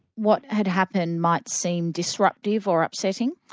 what had happened might seem disruptive or upsetting?